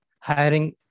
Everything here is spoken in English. hiring